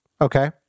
Okay